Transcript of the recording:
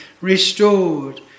restored